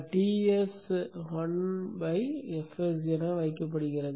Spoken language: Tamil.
Ts 1 fs என வைக்கப்படுகிறது